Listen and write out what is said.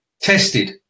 tested